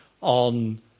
on